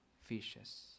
fishes